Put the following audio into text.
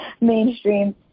mainstream